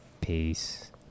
Peace